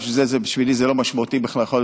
אבל בשבילי זה לא משמעותי בכלל,